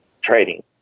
trading